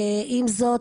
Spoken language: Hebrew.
עם זאת,